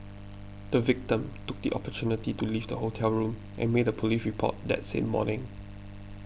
the victim took the opportunity to leave the hotel room and made a police report that same morning